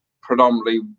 predominantly